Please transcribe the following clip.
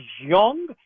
young